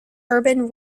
urban